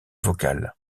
vocal